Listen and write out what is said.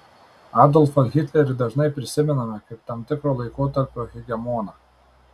adolfą hitlerį dažnai prisimename kaip tam tikro laikotarpio hegemoną